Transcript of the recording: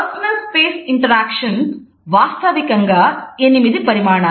personal space interaction వాస్తవికంగా 8 పరిమాణాలు